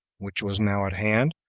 which was now at hand,